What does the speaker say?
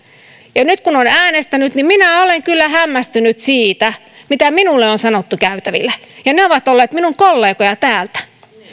täälläkin nyt kun on äänestänyt niin minä olen kyllä hämmästynyt siitä mitä minulle on sanottu käytävillä ja ne ovat olleet minun kollegojani täältä